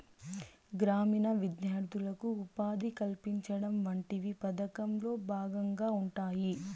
గ్రామీణ విద్యార్థులకు ఉపాధి కల్పించడం వంటివి పథకంలో భాగంగా ఉంటాయి